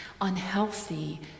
unhealthy